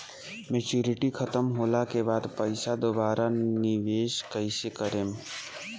Maturity खतम होला के बाद पईसा दोबारा निवेश कइसे करेम?